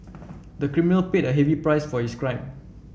the criminal paid a heavy price for his crime